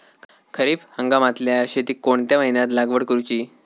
खरीप हंगामातल्या शेतीक कोणत्या महिन्यात लागवड करूची?